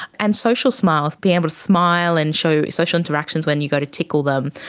and social smiles, being able to smile and show social interactions when you go to tickle them.